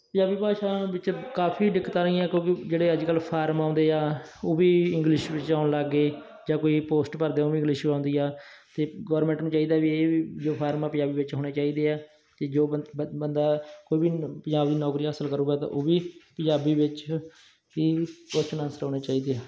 ਪੰਜਾਬੀ ਭਾਸ਼ਾ ਵਿੱਚ ਕਾਫੀ ਦਿੱਕਤਾਂ ਰਹੀਆਂ ਕਿਉਂਕਿ ਜਿਹੜੇ ਅੱਜ ਕੱਲ੍ਹ ਫਾਰਮ ਆਉਂਦੇ ਆ ਉਹ ਵੀ ਇੰਗਲਿਸ਼ ਵਿੱਚ ਆਉਣ ਲੱਗ ਗਏ ਜਾਂ ਕੋਈ ਪੋਸਟ ਭਰਦੇ ਉਹ ਵੀ ਇੰਗਲਿਸ਼ ਆਉਂਦੀ ਆ ਅਤੇ ਗੌਰਮੈਂਟ ਨੂੰ ਚਾਹੀਦਾ ਵੀ ਇਹ ਵੀ ਜੋ ਫਾਰਮ ਆ ਪੰਜਾਬੀ ਵਿੱਚ ਹੋਣੇ ਚਾਹੀਦੇ ਆ ਅਤੇ ਜੋ ਬੰਦਾ ਕੋਈ ਵੀ ਪੰਜਾਬ ਦੀ ਨੌਕਰੀ ਹਾਸਿਲ ਕਰੇਗਾ ਤਾਂ ਉਹ ਵੀ ਪੰਜਾਬੀ ਵਿੱਚ ਹੀ ਕੁਸ਼ਚਨ ਆਨਸਰ ਆਉਣੇ ਚਾਹੀਦੇ ਹਨ